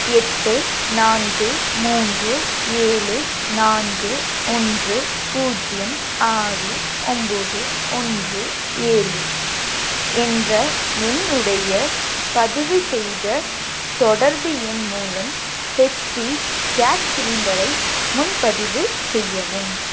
எட்டு நான்கு மூன்று ஏழு நான்கு ஒன்று பூஜ்ஜியம் ஆறு ஒம்பது ஒன்று ஏழு என்ற எண்ணுடைய பதிவுசெய்த தொடர்பு எண் மூலம் ஹச்பி கேஸ் சிலிண்டரை முன்பதிவு செய்யவும்